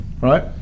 right